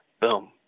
Boom